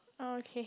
oh okay